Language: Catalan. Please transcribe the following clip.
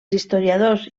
historiadors